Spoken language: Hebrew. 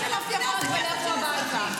שימו את המפתחות ולכו הביתה.